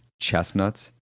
chestnuts